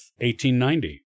1890